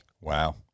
Wow